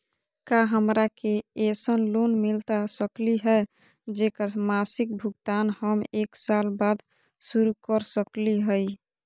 का हमरा के ऐसन लोन मिलता सकली है, जेकर मासिक भुगतान हम एक साल बाद शुरू कर सकली हई?